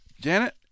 Janet